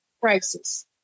crisis